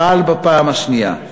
פעל בפעם השנייה.